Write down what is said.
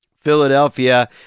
Philadelphia